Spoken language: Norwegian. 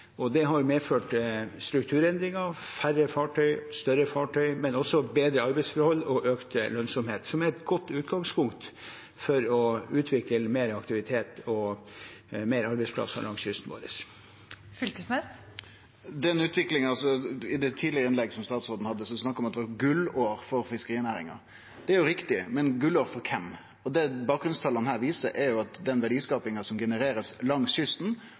Det har medført strukturendringer, færre og større fartøy, men også bedre arbeidsforhold og økt lønnsomhet, som er et godt utgangspunkt for å utvikle mer aktivitet og flere arbeidsplasser langs kysten vår. Torgeir Knag Fylkesnes – til oppfølgingsspørsmål. I det tidlegare innlegget som statsråden hadde, var det snakk om at det var gullår for fiskerinæringa: Det er riktig, men gullår for kven? Det bakgrunnstala her viser, er at den verdiskapinga som blir generert langs kysten,